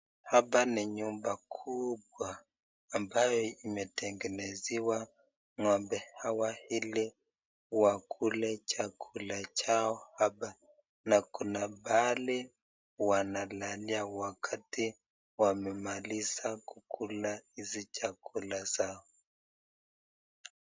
Hapa ni nyumba kubwa ambayo imetengenezewa ng'ombe hawa ili wakule chakula chakula chao hapa na kuna pahali wanalalia wakati wamemaliza kukula hizi chakula zao.